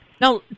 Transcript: Now